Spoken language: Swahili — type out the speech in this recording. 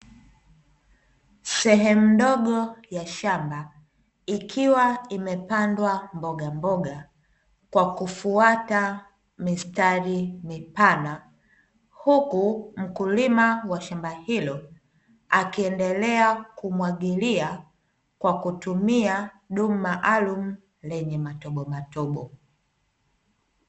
Sehemu ndogo ya shamba, ikiwa imepandwa mbogamboga, kwa kufuata mistari mipana, huku mkulima wa shamba hilo akiendelea kumwagilia, kwa kutumia dumu maalulum lenye matobomatobo.